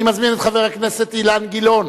אני מזמין את חבר הכנסת אילן גילאון